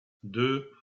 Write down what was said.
deux